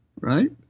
right